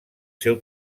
seu